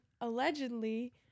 allegedly